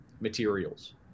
materials